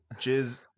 jizz